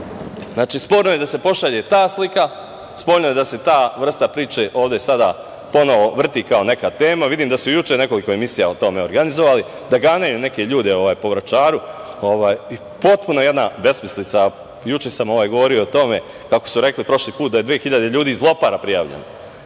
sporno? Sporno je da se pošalje ta slika, sporno je da se ta vrsta priča ovde sada ponovo vrti kao neka tema, vidim da su i juče nekoliko emisija o tome organizovali, da ganjaju neke ljude po Vračaru, potpuna jedna besmislica. Juče sam govorio o tome kako su rekli prošli put da je 2.000 ljudi iz Lopara prijavljeno.